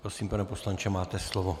Prosím, pane poslanče, máte slovo.